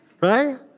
right